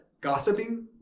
gossiping